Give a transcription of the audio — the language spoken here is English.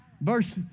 verse